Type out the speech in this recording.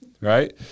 right